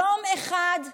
יום אחד,